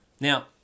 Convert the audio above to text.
Now